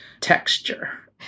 texture